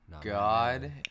God